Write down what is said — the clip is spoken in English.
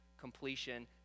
completion